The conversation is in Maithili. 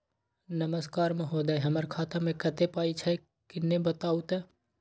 नमस्कार महोदय, हमर खाता मे कत्ते पाई छै किन्ने बताऊ त?